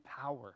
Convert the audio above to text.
power